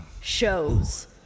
shows